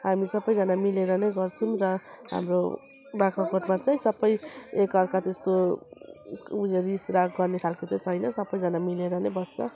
हामी सबैजना मिलेर नै गर्छौँ र हाम्रो बाख्राकोटमा चाहिँ सबै एकाअर्का जस्तो उयो रिसराग गर्ने खालको चाहिँ छैन सबैजना मिलेर नै बस्छ